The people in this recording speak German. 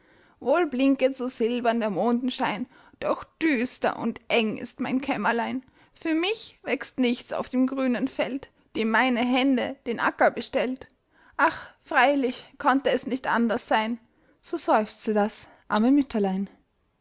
wohl blinket so silbern der mondenschein doch düster und eng ist mein kämmerlein für mich wächst nichts auf dem grünen feld dem meine hände den acker bestellt ach freilich konnte es nicht anders sein so seufzet das arme mütterlein